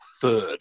third